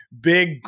big